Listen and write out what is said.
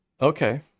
okay